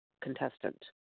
contestant